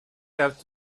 have